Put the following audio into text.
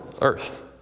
earth